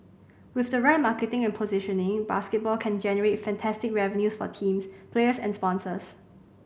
with the right marketing and positioning basketball can generate fantastic revenues for teams players and sponsors